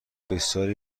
بسیاری